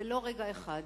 ולא רגע אחד